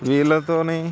వీళ్ళతో